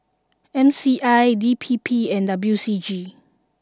M C I D P P and W C G